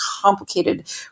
complicated